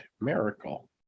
miracle